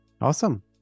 Awesome